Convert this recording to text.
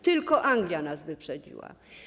Tylko Anglia nas wyprzedziła.